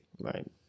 Right